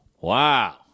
Wow